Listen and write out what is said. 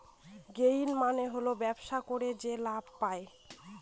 gain মানে হল ব্যবসা করে যে লাভ পায়